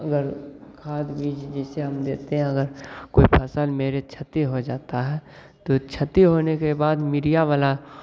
अगर खाद बीज जैसे हम देते हैं अगर कोई फसल मेरी क्षति हो जाता है तो क्षति होने के बाद मीडिया वाला